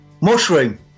mushroom